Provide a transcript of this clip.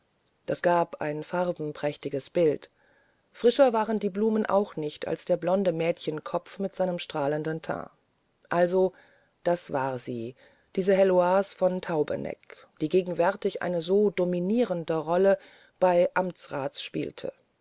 das gab ein farbenprächtiges bild frischer waren die blumen auch nicht als der blonde mädchenkopf mit seinem strahlenden teint also das war sie diese heloise von taubeneck die gegenwärtig eine so dominierende rolle bei amtsrats spielte